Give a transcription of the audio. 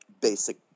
basic